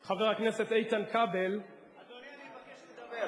חבר הכנסת איתן כבל, אדוני, אני מבקש לדבר.